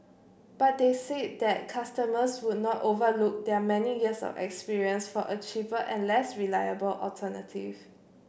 but they said that customers would not overlook their many years of experience for a cheaper and less reliable alternative